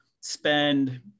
spend